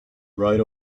right